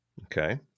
Okay